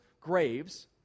graves